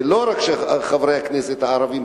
ולא רק חברי הכנסת הערבים,